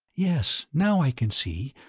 yes, now i can see,